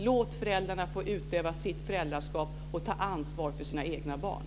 Låt alltså föräldrarna få utöva sitt föräldraskap och ta ansvar för sina egna barn!